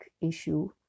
issue